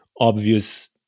obvious